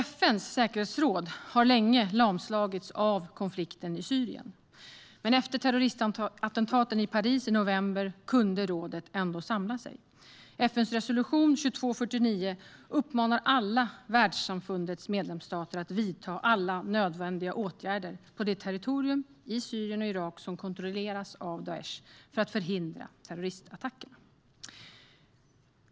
FN:s säkerhetsråd har länge lamslagits av konflikten i Syrien, men efter terroristattentaten i Paris i november kunde rådet ändå samla sig. FN:s resolution 2249 uppmanar alla världssamfundets medlemsstater att vidta alla nödvändiga åtgärder på de territorier i Syrien och Irak som kontrolleras av Daish för att förhindra terroristattacker.